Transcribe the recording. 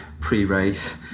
pre-race